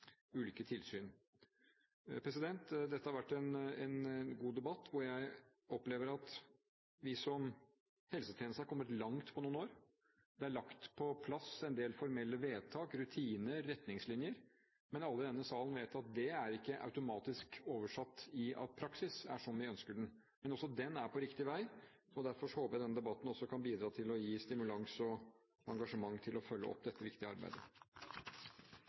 ulike tilsyn. Dette har vært en god debatt, hvor jeg opplever at vi som helsetjeneste har kommet langt på noen år. Det er lagt på plass en del formelle vedtak, rutiner og retningslinjer, men alle i denne salen vet at det ikke automatisk er oversatt til at praksis er som vi ønsker den. Men også den er på riktig vei, og derfor håper jeg denne debatten kan bidra til å gi stimulans og engasjement til å følge opp dette viktige arbeidet.